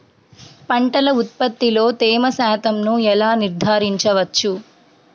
పంటల ఉత్పత్తిలో తేమ శాతంను ఎలా నిర్ధారించవచ్చు?